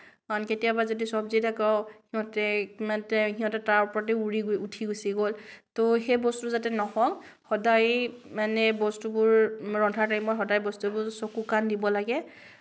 আন কেতিয়াবা যদি চব্জিত আকৌ সিহঁতে সিহঁতে তাৰ ওপৰতে উৰি উঠি গুচি গ'ল ত' সেই বস্তুটো যাতে নহওঁক সদায় মানে বস্তুবোৰ ৰন্ধা টাইমত সদায় বস্তুবোৰ চকু কাণ দিব লাগে